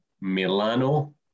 Milano